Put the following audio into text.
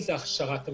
הכשרת המתמחים.